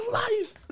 life